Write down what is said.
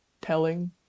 telling